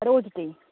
rose tea